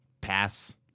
pass